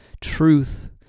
truth